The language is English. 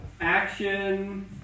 action